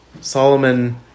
Solomon